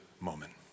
moment